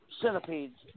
centipedes